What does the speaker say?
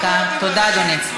אז איך זה עובד אצלך?